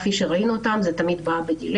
זה תמיד בא באיחור,